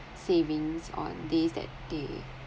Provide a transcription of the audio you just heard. savings on days that they